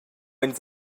ins